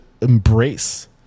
embrace